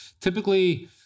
typically